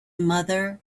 mother